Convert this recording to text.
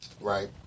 right